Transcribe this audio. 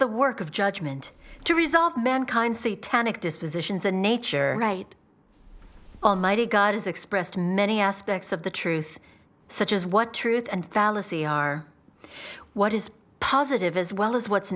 the work of judgement to resolve mankind see tannic dispositions a nature right almighty god is expressed many aspects of the truth such as what truth and valla see are what is positive as well as what's